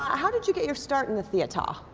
how did you get your start in the theater?